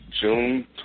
June